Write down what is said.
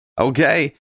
Okay